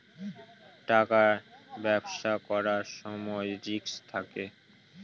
টাকার ব্যবসা করার সময় রিস্ক থাকে